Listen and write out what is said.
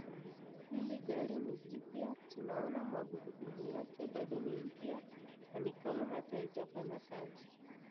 Hili gari ni jipya tunaona magurudumu yake bado ni mpya na ni kama hata haijafanya kazi.